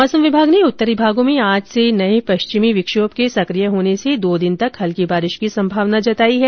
मौसम विभाग ने उत्तरी भागों में आज से नये पश्चिमी विक्षोभ के सक्रिय होने से दो दिन तक हल्की बारिश की संभावना जताई है